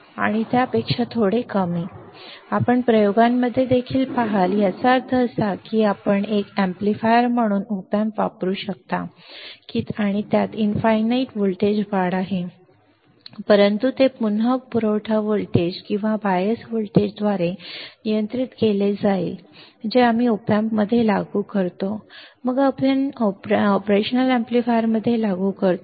आणि त्यापेक्षा थोडे कमी आपण प्रयोगांमध्ये देखील पहाल याचा अर्थ असा आहे की आपण एक amplifier म्हणून op amp वापरू शकता आणि त्यात इनफाई नाईट व्होल्टेज वाढ आहे परंतु ते पुन्हा पुरवठा व्होल्टेज किंवा बायस व्होल्टेजद्वारे नियंत्रित केले जाईल जे आम्ही op amp मध्ये लागू करतो मग आम्ही ऑपरेशनल अॅम्प्लीफायरमध्ये लागू करतो